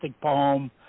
poem